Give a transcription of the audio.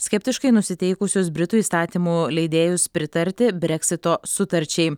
skeptiškai nusiteikusius britų įstatymų leidėjus pritarti breksito sutarčiai